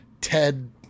Ted